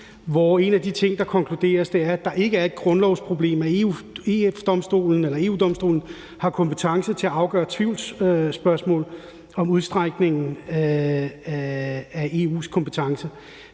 En af de ting, der konkluderes, er, at der ikke er et grundlovsproblem med, at EU-Domstolen har kompetence til at afgøre tvivlsspørgsmål om udstrækningen af EU's kompetence.